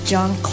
John